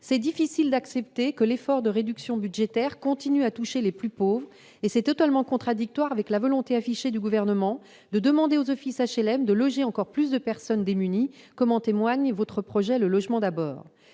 est difficile d'accepter que l'effort de réduction budgétaire continue à toucher les plus pauvres. C'est totalement contradictoire avec la volonté affichée du Gouvernement de demander aux offices HLM de loger encore plus de personnes démunies, comme en témoigne votre projet Logement d'abord.